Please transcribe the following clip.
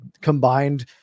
combined